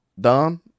Don